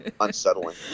unsettling